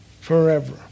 forever